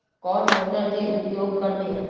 कौन मोटर के उपयोग करवे?